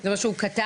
זה מה שהוא כתב?